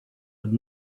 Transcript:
but